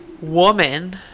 woman